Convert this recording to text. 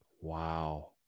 Wow